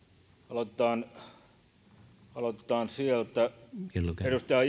aloitetaan edustaja